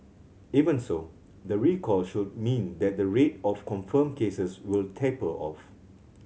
even so the recall should mean that the rate of confirmed cases will taper off